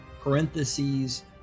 parentheses